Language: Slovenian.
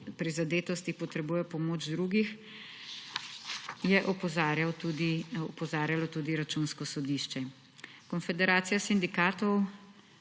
prizadetosti potrebujejo pomoč drugih, je opozarjalo tudi Računsko sodišče. Konfederacija sindikatov